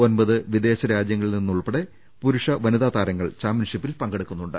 ഒൻപത് വിദേശരാജ്യങ്ങ ളിൽ നിന്നുൾപ്പെടെ പുരുഷ വനിതാ താരങ്ങൾ ചാമ്പ്യൻഷിപ്പിൽ പങ്കെടു ക്കുന്നുണ്ട്